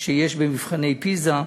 שיש במבחני פיז"ה,